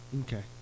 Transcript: Okay